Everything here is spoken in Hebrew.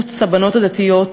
בשיבוץ הבנות הדתיות,